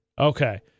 Okay